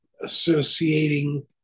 associating